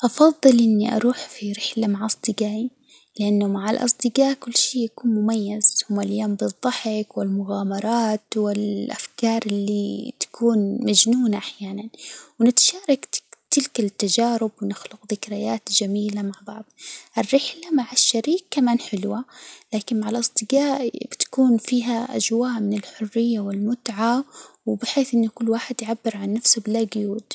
أفضل أني أروح في رحلة مع أصدجائي لأنه مع الأصدجاء كل شيء يكون مميز ومليان بالضحك، والمغامرات، والأفكار اللي تكون مجنونة أحيانًا، ونتشارك تلك التجارب ونخلق ذكريات جميلة مع بعض ، الرحلة مع الشريك كمان حلوة، لكن مع الأصدجاء بتكون فيها أجواء من الحرية، والمتعة، وبحيث أن كل واحد يعبر عن نفسه بلا جيود.